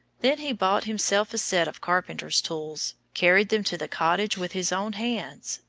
then he bought himself a set of carpenter's tools, carried them to the cottage with his own hands,